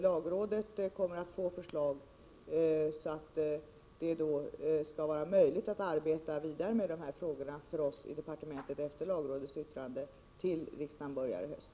Lagrådet kommer att få förslag, så att det skall vara möjligt för oss i departementet att efter lagrådets yttrande arbeta vidare med de här frågorna till riksmötets början i höst.